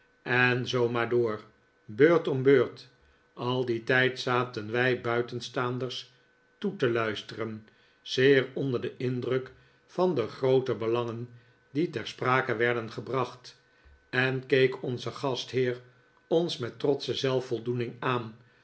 en zoo maar door beurt om beurt al dien tijd zaten wij buitenstaanders toe te luisteren zeer onder den indruk van de groote belangen die ter sprake werden gebracht en keek onze gastheer ons met trotsche zelfvoldoening aan